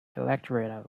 electorate